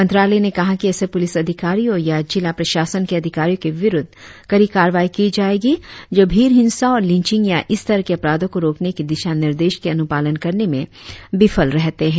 मंत्रालय ने कहा कि ऐसे पुलिस अधिकारियों या जिला प्रशासन के अधिकारियों के विरुद्ध कड़ी कार्रवाई की जाएगी जो भीड़ हिंसा और लिचिंग या इस तरह के अपराधों को रोकने के दिशा निर्देश के अनुपालन करने में विफल रहते है